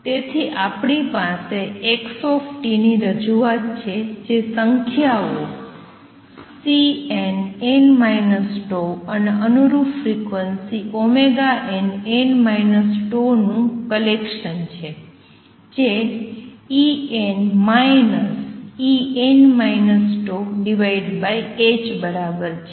તેથી આપણી પાસે x ની રજૂઆત છે જે સંખ્યાઓ Cnn τ અને અનુરૂપ ફ્રિક્વન્સી nn τ નું કલેકસન છે જે En En τℏ બરાબર છે